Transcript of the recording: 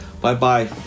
Bye-bye